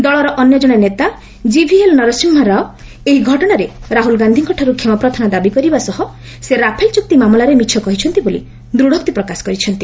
ଦଳର ଅନ୍ୟ ଜଣେ ନେତା କିଭିଏଲ୍ ନରସିଂହ୍ମା ରାଓ ଏହି ଘଟଣାରେ ରାହୁଲ ଗାନ୍ଧିଙ୍କଠାରୁ କ୍ଷମାପ୍ରାର୍ଥନା ଦାବି କରିବା ସହ ସେ ରାଫେଲ୍ ଚୁକ୍ତି ମାମଲାରେ ମିଛ କହିଛନ୍ତି ବୋଲି ଦୃଢ଼ୋକ୍ତି ପ୍ରକାଶ କରିଛନ୍ତି